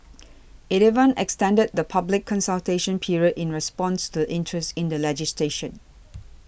it even extended the public consultation period in response to interest in the legislation